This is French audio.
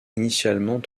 initialement